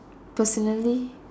personally